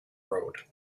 road